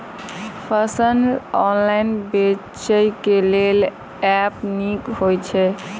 फसल ऑनलाइन बेचै केँ लेल केँ ऐप नीक होइ छै?